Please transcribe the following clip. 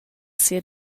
sia